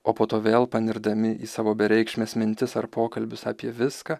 o po to vėl panirdami į savo bereikšmes mintis ar pokalbius apie viską